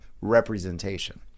representation